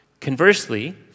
Conversely